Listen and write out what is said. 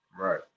right